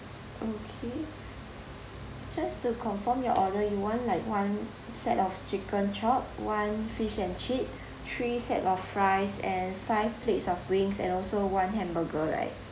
okay just to confirm your order you want like one set of chicken chop one fish and chip three sets of fries and five plates of wings and also one hamburger right